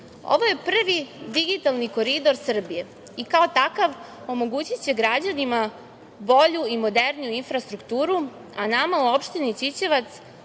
je prvi digitalni koridor Srbije i kao takav omogućiće građanima bolju i moderniju infrastrukturu, a nama u opštini Ćićevac